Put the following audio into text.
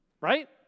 right